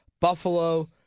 Buffalo